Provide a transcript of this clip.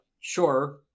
sure